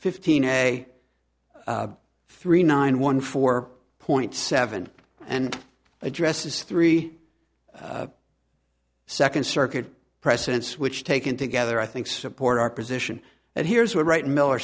fifteen a three nine one four point seven and addresses three second circuit precedents which taken together i think support our position and here's what right miller